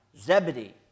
Zebedee